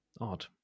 odd